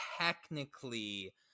technically